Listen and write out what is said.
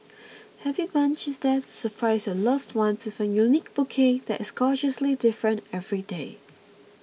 Happy Bunch is there to surprise your loved one with a unique bouquet that is gorgeously different every day